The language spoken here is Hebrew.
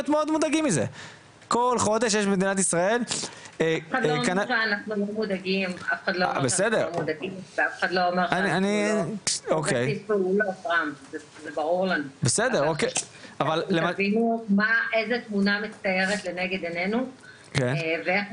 גורמים באמת גורמים לזה לזלוג לשוק השחור.